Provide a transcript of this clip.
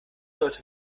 sollte